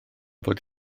fod